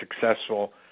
successful